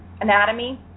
anatomy